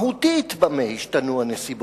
אני מבקש לשאול מהותית במה השתנו הנסיבות.